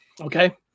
okay